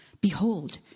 Behold